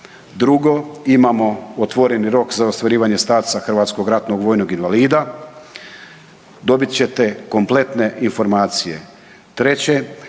Drugo, imamo otvoreni rok za ostvarivanje statusa HRVI-a, dobit ćete kompletne informacije.